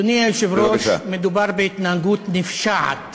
אדוני היושב-ראש, מדובר בהתנהגות נפשעת